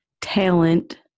talent